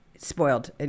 Spoiled